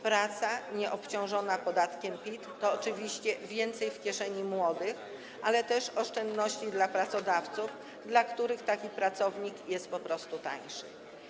Praca nieobciążona podatkiem PIT to oczywiście więcej w kieszeni młodych, ale to też oszczędności dla pracodawców, dla których taki pracownik jest po prostu tańszy.